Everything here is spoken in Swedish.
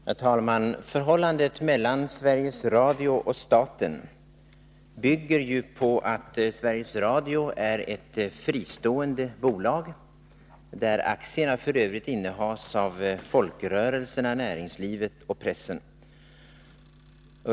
Herr talman! Förhållandet mellan Sveriges Radio och staten bygger på att Sveriges Radio är ett fristående bolag, där aktierna f.ö. innehas av folkrörelserna, näringslivet och pressen.